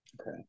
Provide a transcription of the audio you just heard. okay